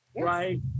Right